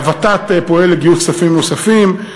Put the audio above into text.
הוות"ת פועלת לגיוס כספים נוספים,